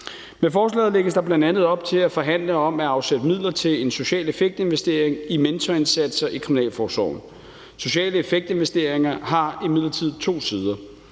Med forslaget lægges der bl.a. op til at forhandle om at afsætte midler til en social effekt-investering i mentorindsatser i kriminalforsorgen. Social effekt-investeringer har imidlertid to sider.